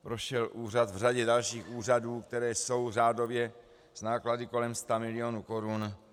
Prošel úřad v řadě dalších úřadů, které jsou řádově s náklady kolem stamilionů korun.